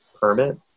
permit